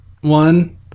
one